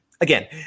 again